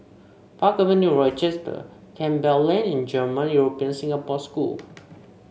Park Avenue Rochester Campbell Lane and German European Singapore School